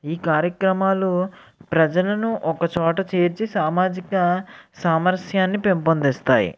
ఈ కార్యక్రమాలు ప్రజలను ఒక చోట చేర్చి సామాజిక సామరస్యాన్ని పెంపొందిస్తాయి